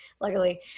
luckily